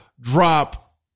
drop